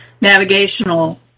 navigational